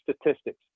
statistics